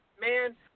man